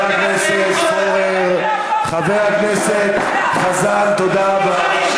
חבר הכנסת פורר, חבר הכנסת חזן, תודה רבה.